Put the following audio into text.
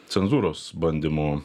cenzūros bandymų